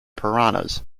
piranhas